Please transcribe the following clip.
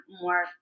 more